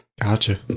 gotcha